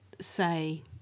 say